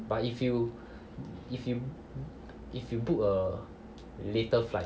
but if you if you if you book a later flight